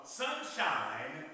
sunshine